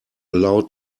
allowed